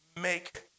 make